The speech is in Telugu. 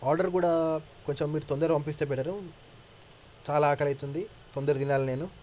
ఆర్డర్ కూడా కొంచెం మీరు తొందరగా పంపిస్తే బెటరు చాలా ఆకలి అవుతుంది తొందర తినాలి నేను